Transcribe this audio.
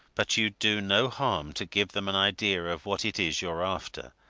but you'd do no harm to give them an idea of what it is you're after,